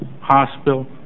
hospital